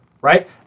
right